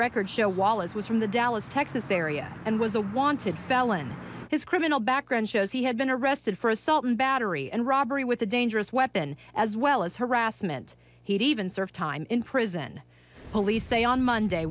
records show wallace was from the dallas texas area and was a wanted felon his criminal background shows he had been arrested for assault and battery and robbery with a dangerous weapon as well as harassment he'd even served time in prison police say on monday